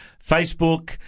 Facebook